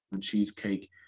Cheesecake